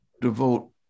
devote